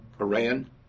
Iran